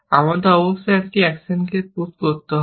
আমাদের অবশ্যই একটি অ্যাকশন পুশ করতে হবে